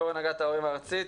יו"ר הנהגת ההורים הארצית,